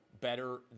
better